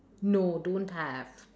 no don't have